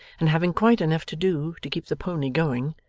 and having quite enough to do to keep the pony going,